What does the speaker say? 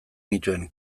nituen